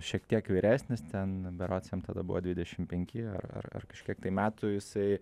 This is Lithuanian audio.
šiek tiek vyresnis ten berods jam tada buvo dvidešim penki ar ar ar kažkiek tai metų jisai